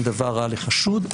הם דבר רע לחשוד,